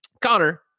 connor